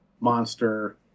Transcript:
monster